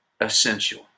essential